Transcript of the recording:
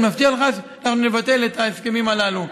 ואני מבטיח לך שאנחנו נבטל את ההסכמים הללו.